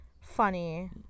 funny